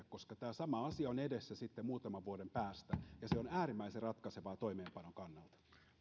koska tämä sama asia on edessä sitten muutaman vuoden päästä ja se on äärimmäisen ratkaisevaa toimeenpanon kannalta